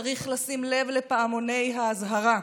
צריך לשים לב לפעמוני האזהרה.